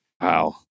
Wow